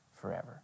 forever